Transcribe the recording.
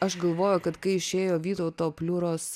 aš galvoju kad kai išėjo vytauto pliuros